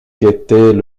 qu’était